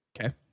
Okay